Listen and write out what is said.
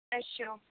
ਅੱਛਾ